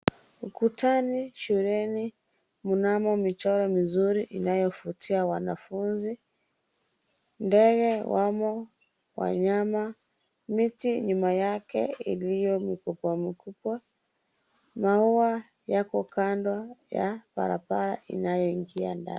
Ukutani shuleni mnamo michoro mizuri inayofutia wanafunzi. Ndege wamo, wanyama, miti nyuma yake iliyo mikubwa mikubwa. Maua yako kando ya barabara inayoingia ndani.